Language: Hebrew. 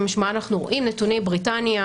נתוני בריטניה